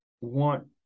want